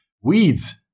weeds